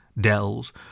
dells